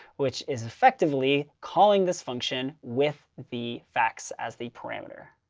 which is effectively calling this function with the facts as the parameter.